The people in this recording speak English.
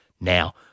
now